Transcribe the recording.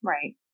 Right